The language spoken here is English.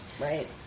Right